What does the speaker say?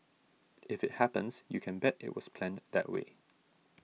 if it happens you can bet it was planned that way